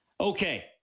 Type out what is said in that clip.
Okay